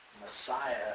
Messiah